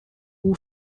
who